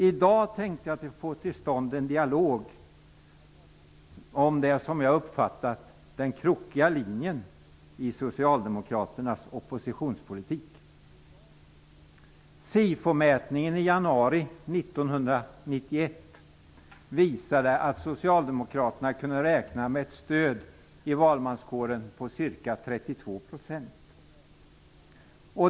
I dag tänkte jag få till stånd en dialog om den krokiga linjen i socialdemokraternas oppositionspolitik. SIFO-mätningen i januari 1991 visade att socialdemokraterna kunde räkna med ett stöd i valmanskåren på ca 32 %.